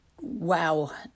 wow